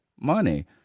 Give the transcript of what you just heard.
money